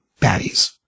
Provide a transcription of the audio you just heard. baddies